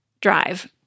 drive